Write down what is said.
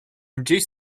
reduce